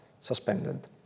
suspended